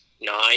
nine